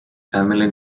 family